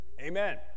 Amen